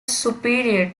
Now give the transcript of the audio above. superior